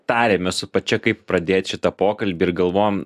tarėmės su pačia kaip pradėt šitą pokalbį ir galvojom